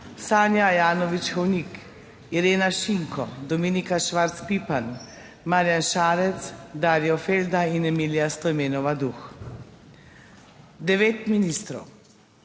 Sanja Ajanović Hovnik, Irena Šinko, Dominika Švarc Pipan, Marjan Šarec, Daro Felda in Emilija Stojmenova Duh, devet ministrov,